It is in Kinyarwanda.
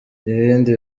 ibindi